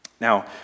Now